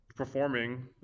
performing